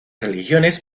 religiones